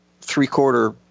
three-quarter